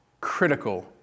critical